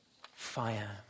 fire